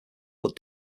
but